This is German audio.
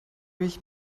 ich